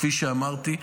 כפי שאמרתי.